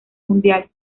mundial